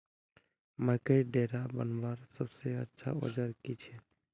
मकईर डेरा बनवार सबसे अच्छा औजार की छे?